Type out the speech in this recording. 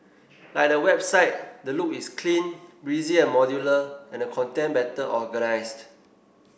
like the website the look is clean breezy and modular and the content better organised